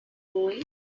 going